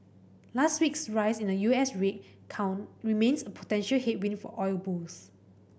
last week's rise in the U S rig count remains a potential headwind for oil bulls